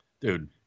Dude